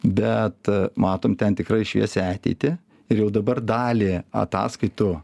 bet matom ten tikrai šviesią ateitį ir jau dabar dalį ataskaitų